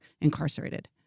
incarcerated